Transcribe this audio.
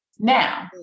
Now